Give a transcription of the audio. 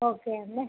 okay అండి